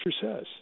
says